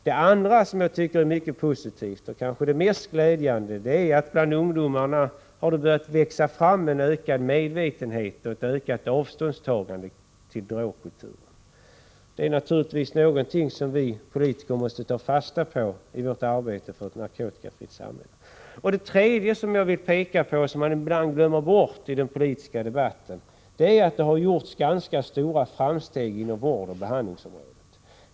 Det andra som jag tycker är mycket positivt, och kanske det mest glädjande, är att det bland ungdomarna har börjat växa fram en ökad medvetenhet och ett ökat avståndstagande i förhållande till drogkulturen. Det är naturligtvis någonting som vi politiker måste ta fasta på i vårt arbete för ett narkotikafritt samhälle. Det tredje som jag vill peka på, och som man ibland glömmer bort i den politiska debatten, är att det har gjorts ganska stora framsteg inom vårdoch behandlingsområdet.